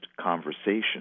conversation